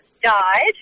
died